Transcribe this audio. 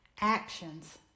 Actions